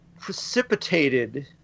precipitated